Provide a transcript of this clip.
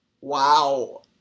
Wow